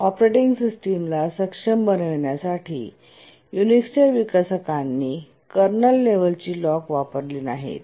operating सिस्टमला सक्षम बनविण्यासाठी युनिक्सच्या विकसकांनी कर्नल लेव्हलची लॉक वापरली नाहीत